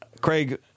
Craig